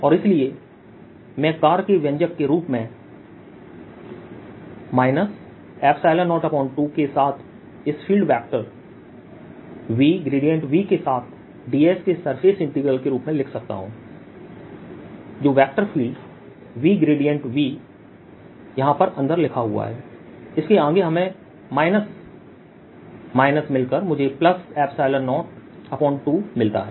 और इसलिए मैं कार्य के व्यंजक के रूप में 02के साथ इस वेक्टर फील्ड VV के साथ ds के सर्फेस इंटीग्रल के रूप में लिख सकता हूं जो वेक्टर फील्डVVयहां पर अंदर लिखा हुआ है इसके आगे हमें माइनस माइनस मिलकर मुझे 02 मिलता है